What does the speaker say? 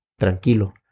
tranquilo